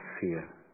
fear